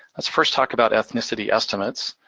let's first talk about ethnicity estimates.